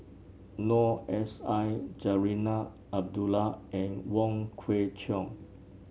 Noor S I Zarinah Abdullah and Wong Kwei Cheong